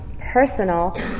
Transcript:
personal